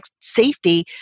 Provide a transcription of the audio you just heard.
safety